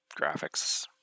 graphics